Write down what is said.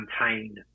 maintain